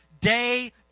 day